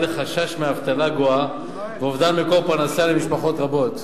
לחשש מאבטלה גואה ואובדן מקור פרנסה למשפחות רבות.